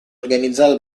organizzato